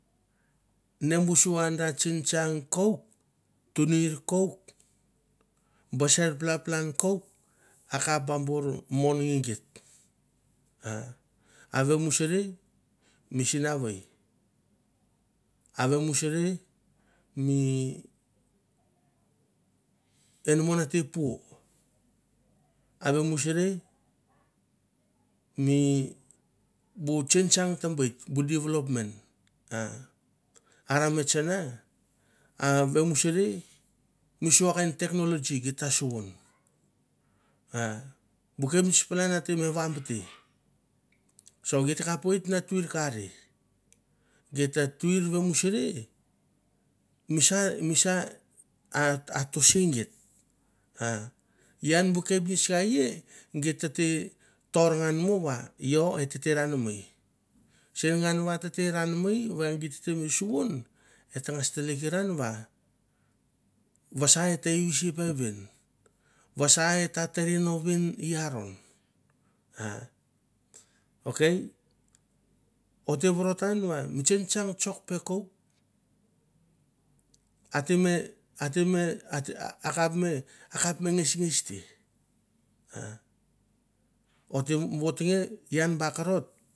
Nebusuara tsingtsang kouk tuni kouk ba re pla planlouk akap ambur mon me geit a avemusarei mi sinawei avemusurei mi enamon ate po avemusare mi bu tsingtsang ta baet bu development a arametsana a avemurare mi sua kain technology geta sun a bu kepnits palan ater mevamuter so gitakap veit na tur kari gite turvemurare misa misa a ian bu kepnits getate torngamu va yo eteranamei sengan va taranamei sengan va taranamei va get suan etergastlikran va sa eter usim vevin vassa eteran noven iron a okay oter votaran wa vu tsingtsang tsek tsek peko ateme ateme akap me akap me ngisngis te a oter votnge ye ba kovot